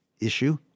Issue